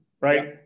right